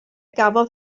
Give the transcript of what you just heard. gafodd